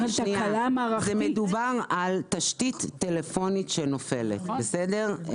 מדובר על תשתית טלפונית שנופלת, בסדר?